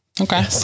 okay